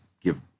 give